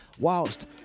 whilst